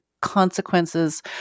consequences